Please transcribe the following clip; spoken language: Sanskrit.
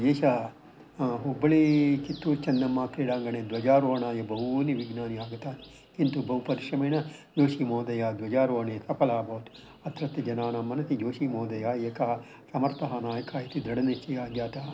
एषः हुब्बळीकित्तूर्चन्नम्माक्रीडाङ्गणे ध्वजारोहणाय बहूनि विघ्नानि आगतानि किन्तु बहु परिश्रमेण ज्योषिमहोदयः ध्वजारोहणे सफलः अभवत् अत्रत्यजनानां मनसि ज्योषिमहोदयः एकः समर्थः नायकः इति दृढनिश्चयः जातः